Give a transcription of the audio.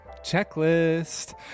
checklist